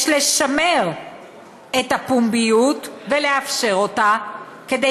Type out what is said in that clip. יש לשמר את הפומביות ולאפשר אותה כדי